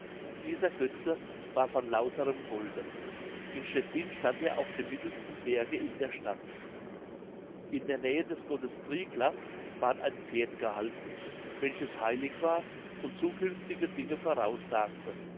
dieser götze war von lauterem golde in stettin stand er auf dem mittelsten berge in der stadt in der nähe des gotts triglaf ward ein pferd gehalten welches heilig war und zukünftige dinge voraus